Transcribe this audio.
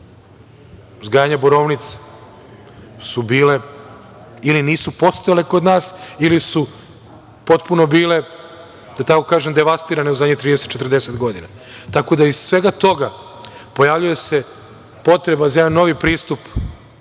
uzgajanja borovnica, ili nisu postojale kod nas ili su potpuno bile, da tako kažem, devastirane u poslednjih 30-40 godina. Iz svega toga, pojavljuje se potreba za jednim novim pristupom